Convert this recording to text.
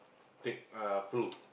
take ah flu